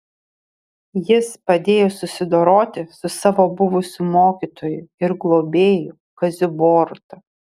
jis padėjo susidoroti su savo buvusiu mokytoju ir globėju kaziu boruta